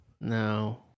No